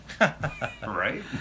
right